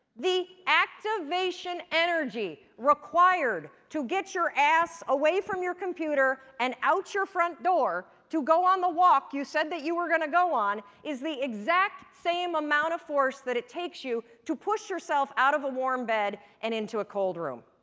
the activation energy required to get your ass away from your computer and out the front door, to go on the walk, you said that you were going to go on, is the exact same amount of force that it takes you to push yourself out of a warm bed and into a cold room.